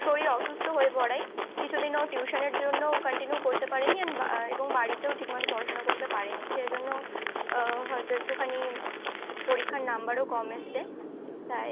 শরীর অসুস্থ হয়ে পড়ে কিছু দিন ও টিউশনের জন্যও কন্টিনিউ করতে পারেনি অ্যান্ড এবং বাড়িতেও ঠিকমতো পড়াশোনা করতে পারেনি সেই জন্য হয়তো একটুখানি পরীক্ষার নাম্বারও কম এসেছে তাই